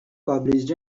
published